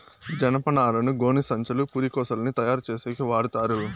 జనపనారను గోనిసంచులు, పురికొసలని తయారు చేసేకి వాడతారు